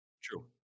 true